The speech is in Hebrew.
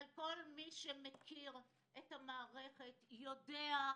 אבל כל מי שמכיר את המערכת יודע,